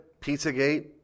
Pizzagate